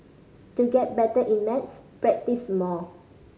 to get better in maths practise more